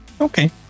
okay